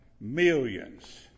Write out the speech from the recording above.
millions